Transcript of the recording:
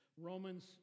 Romans